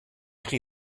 chi